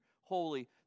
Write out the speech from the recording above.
holy